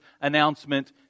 announcement